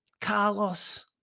Carlos